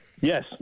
Yes